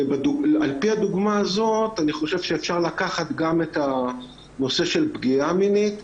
ועל פי הדוגמא הזאת אני חושב שאפשר לקחת גם את הנושא של פגיעה מינית,